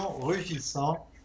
rugissant